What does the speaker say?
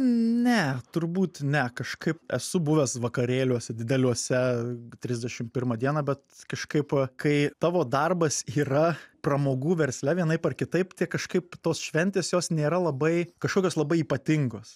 ne turbūt ne kažkaip esu buvęs vakarėliuose dideliuose trisdešim pirmą dieną bet kažkaip kai tavo darbas yra pramogų versle vienaip ar kitaip tie kažkaip tos šventės jos nėra labai kažkokios labai ypatingos